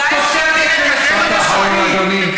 אתה באמת